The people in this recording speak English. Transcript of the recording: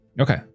Okay